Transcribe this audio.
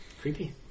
Creepy